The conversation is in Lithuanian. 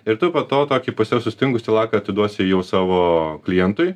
ir tu po to tokį pusiau sustingusį laką atiduosiu jau savo klientui